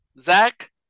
Zach